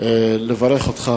לברך אותך,